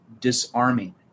disarming